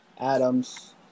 Adams